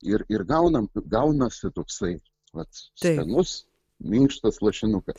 ir ir gaunam gaunasi toksai vat skanus minkštas lašinukas